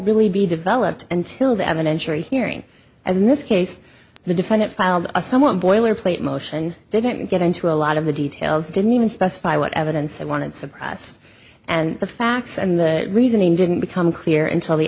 really be developed until the evan ensure a hearing as in this case the defendant filed a somewhat boilerplate motion didn't get into a lot of the details didn't even specify what evidence they wanted to suppress and the facts and the reasoning didn't become clear until the